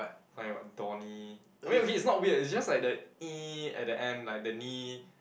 find what Donny okay okay it's not weird is just like the at the end like the ny